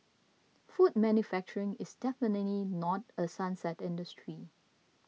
food manufacturing is definitely not a sunset industry